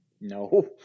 No